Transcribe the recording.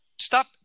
Stop